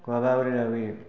കൊലപാതകരാകുകയും